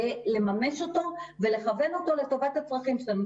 לממש אותו ולכוון אותו לטובת הצרכים שלנו.